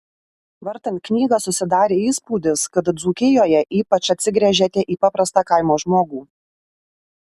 vartant knygą susidarė įspūdis kad dzūkijoje ypač atsigręžėte į paprastą kaimo žmogų